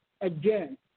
again